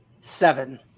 Seven